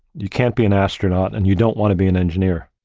you can't be an astronaut and you don't want to be an engineer.